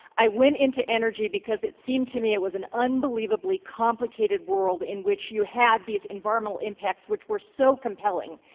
i went into energy because it seemed to me it was an unbelievably complicated world in which you had these environmental impacts, which were so compelling,